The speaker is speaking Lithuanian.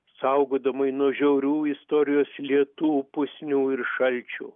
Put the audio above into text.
saugodama jį nuo žiaurių istorijos lietų pusnių ir šalčių